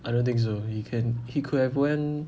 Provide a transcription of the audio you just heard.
I don't think so he can he could have went